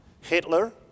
Hitler